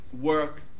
work